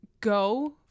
go